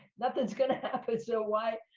nothing's gonna happen. so why,